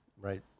right